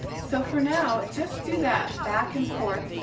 so for now just do that back and forth